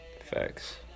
Facts